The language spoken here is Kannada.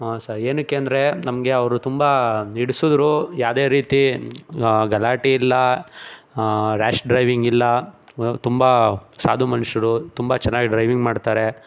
ಆಂ ಸರ್ ಏನಕ್ಕೆ ಅಂದರೆ ನಮಗೆ ಅವರು ತುಂಬ ಹಿಡ್ಸಿದ್ರು ಯಾವುದೇ ರೀತಿ ಗಲಾಟೆ ಇಲ್ಲ ರಾಶ್ ಡ್ರೈವಿಂಗ್ ಇಲ್ಲ ತುಂಬ ಸಾಧು ಮನುಷ್ಯರು ತುಂಬ ಚೆನ್ನಾಗಿ ಡ್ರೈವಿಂಗ್ ಮಾಡ್ತಾರೆ